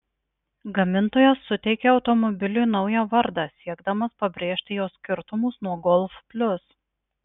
gamintojas suteikė automobiliui naują vardą siekdamas pabrėžti jo skirtumus nuo golf plius